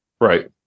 Right